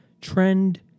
Trend